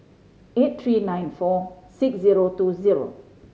eight three nine four six zero two zero